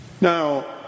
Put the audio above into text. Now